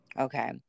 Okay